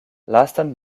lastan